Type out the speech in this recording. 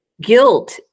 guilt